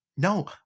No